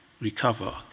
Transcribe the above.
recover